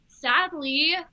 Sadly